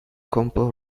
combo